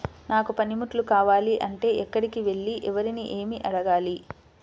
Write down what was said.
నాకు పనిముట్లు కావాలి అంటే ఎక్కడికి వెళ్లి ఎవరిని ఏమి అడగాలి?